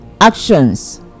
actions